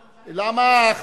למה,